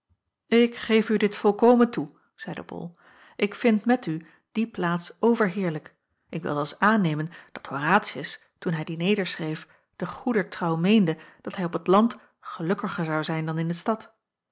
ik geef u dit volkomen toe zeide bol ik vind met u die plaats overheerlijk ik wil zelfs aannemen dat horatius toen hij die nederschreef te goeder trouw meende dat hij op t land gelukkiger zou zijn dan in de stad